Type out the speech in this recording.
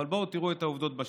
אבל בואו תראו את העובדות בשטח: